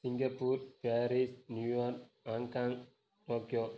Singapore Paris New York Hong Kong Tokyo